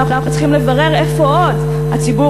אולי אנחנו צריכים לברר איפה עוד הציבור